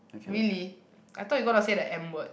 really I thought you got to say the M word